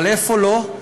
אבל איפה לא?